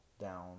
down